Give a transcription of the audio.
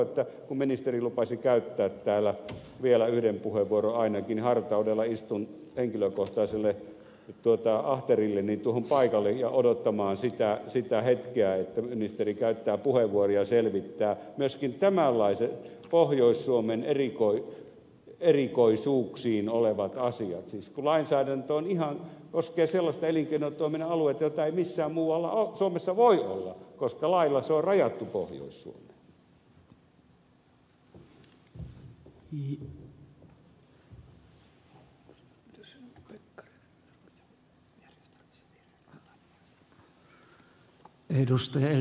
kun ministeri lupasi käyttää täällä vielä yhden puheenvuoron ainakin hartaudella istun henkilökohtaiselle ahterilleni tuohon paikalleni ja odotan sitä hetkeä että ministeri käyttää puheenvuoron ja selvittää myöskin tämänlaiset pohjois suomen erikoisuuksiin kuuluvat asiat kun lainsäädäntö koskee sellaisia elinkeinotoiminnan alueita joita ei missään muualla suomessa voi olla koska lailla se on rajattu pohjois suomeen